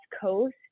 coast